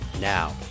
Now